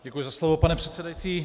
Děkuji za slovo, pane předsedající.